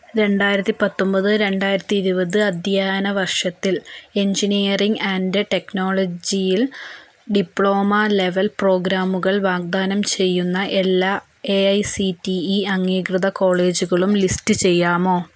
രണ്ടായിരത്തി പത്തൊമ്പത് രണ്ടായിരത്തി ഇരുപത് അധ്യയന വർഷത്തിൽ എഞ്ചിനീയറിംഗ് ആൻഡ് ടെക്നോളജിയിൽ ഡിപ്ലോമ ലെവൽ പ്രോഗ്രാമുകൾ വാഗ്ദാനം ചെയ്യുന്ന എല്ലാ A I C T E അംഗീകൃത കോളേജുകളും ലിസ്റ്റ് ചെയ്യാമോ